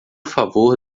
favor